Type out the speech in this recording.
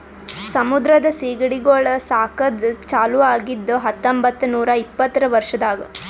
ಸಮುದ್ರದ ಸೀಗಡಿಗೊಳ್ ಸಾಕದ್ ಚಾಲೂ ಆಗಿದ್ದು ಹತೊಂಬತ್ತ ನೂರಾ ಇಪ್ಪತ್ತರ ವರ್ಷದಾಗ್